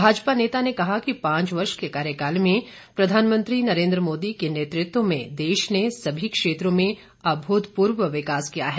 भाजपा नेता ने कहा है कि पांच वर्ष के कार्यकाल में प्रधानमंत्री नरेन्द्र मोदी के नेतृत्व में देश ने सभी क्षेत्रों में अभूतपूर्व विकास किया है